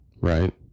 right